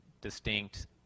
distinct